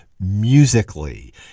Musically